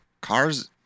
Cars